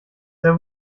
sehr